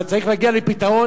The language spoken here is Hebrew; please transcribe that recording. אבל צריך להגיע לפתרון